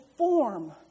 form